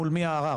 מול מי הערער?